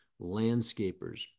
landscapers